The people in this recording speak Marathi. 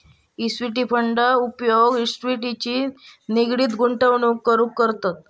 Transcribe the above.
इक्विटी फंड उपयोग इक्विटीशी निगडीत गुंतवणूक करूक करतत